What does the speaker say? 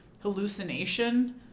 hallucination